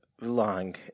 long